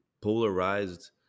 polarized